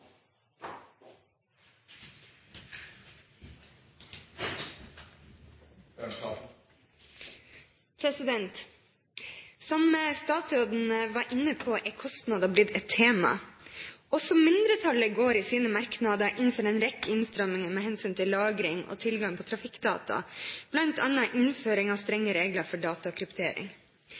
replikkordskifte. Som statsråden var inne på, er kostnader blitt et tema. Også mindretallet går i sine merknader inn for en rekke innstramninger med hensyn til lagring og tilgang på trafikkdata, bl.a. innføring av strenge regler for datakryptering.